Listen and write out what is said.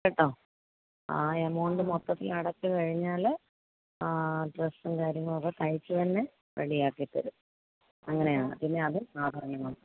കേട്ടോ ആ എമൗണ്ട് മൊത്തത്തിൽ അടച്ചു കഴിഞ്ഞാൽ ഡ്രസ്സും കാര്യങ്ങളൊക്കെ തയ്ച്ച് തന്നെ റെഡി ആക്കി തരും അങ്ങനെയാണ് പിന്നെ അത് ആഭരണങ്ങളും